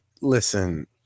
listen